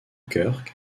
kirk